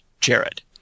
Jared